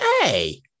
Hey